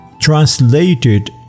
Translated